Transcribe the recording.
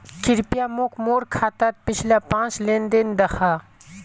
कृप्या मोक मोर खातात पिछला पाँच लेन देन दखा